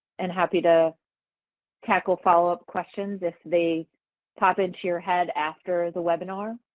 and happy to tackle follow-up questions if they pop into your head after the webinar.